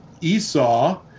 Esau